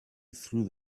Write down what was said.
through